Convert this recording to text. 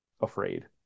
afraid